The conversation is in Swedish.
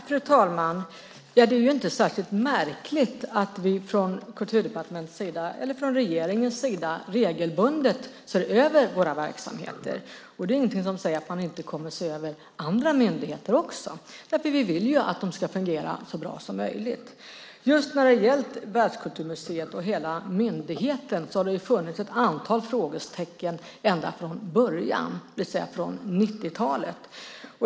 Fru talman! Det är inte särskilt märkligt att vi från Kulturdepartementets eller regeringens sida regelbundet ser över våra verksamheter. Det är ingenting som säger att man inte kommer att se över andra myndigheter också. Vi vill ju att de ska fungera så bra som möjligt. När det har gällt Världskulturmuseet och hela myndigheten har det funnits ett antal frågetecken ända från början, det vill säga från 90-talet.